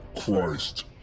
Christ